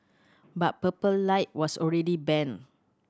but Purple Light was already banned